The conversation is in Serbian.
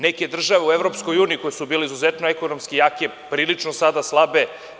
Neke države u EU, koje su bile izuzetno ekonomski jake, prilično sada slabe.